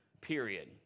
period